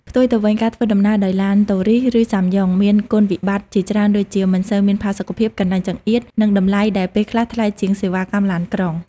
ផ្ទុយទៅវិញ ការធ្វើដំណើរដោយឡានតូរីស ឬសាំយ៉ុងមានគុណវិបត្តិជាច្រើនដូចជា មិនសូវមានផាសុកភាព កន្លែងចង្អៀត និងតម្លៃដែលពេលខ្លះថ្លៃជាងសេវាកម្មឡានក្រុង។